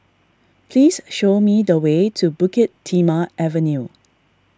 please show me the way to Bukit Timah Avenue